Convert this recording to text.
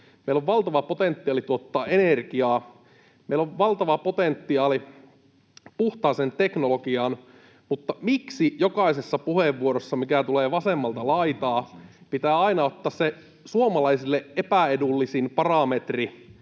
meillä on valtava potentiaali tuottaa energiaa, meillä on valtava potentiaali puhtaaseen teknologiaan, mutta miksi jokaisessa puheenvuorossa, mikä tulee vasemmalta laitaa, pitää aina ottaa se suomalaisille epäedullisin parametri